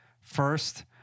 first